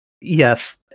Yes